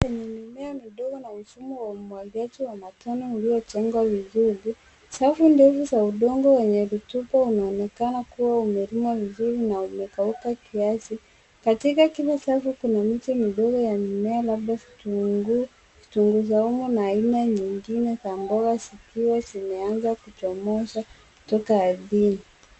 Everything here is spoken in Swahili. Kwenye mimea midogo na mfumo wa umwagiliaji wa matone ulio jengwa vizuri. Safu ndefu za udongo yenye rutuba unaonekana kuwa umelimwa vizuri na umekauka kiasi. Katika kila safu kuna miti midogo ya mimea labda vitunguu, vitunguu saumu na aina nyingine za mboga zikiwa zimeanza kuchomosha kutoka ardhini.